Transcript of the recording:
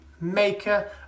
maker